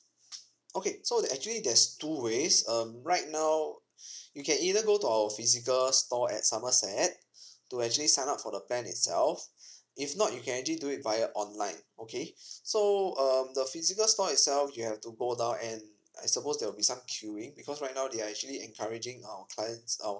okay so there actually there's two ways um right now you can either go to our physical store at somerset to actually sign up for the plan itself if not you can actually do it via online okay so um the physical store itself you have to go down and I suppose there'll be some queuing because right now they are actually encouraging our clients our